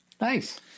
Nice